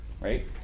Right